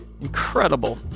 Incredible